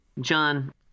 John